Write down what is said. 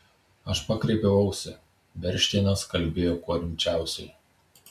aš pakreipiau ausį bernšteinas kalbėjo kuo rimčiausiai